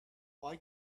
why